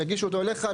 יגישו אותו אליך,